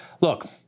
look—